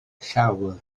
llawr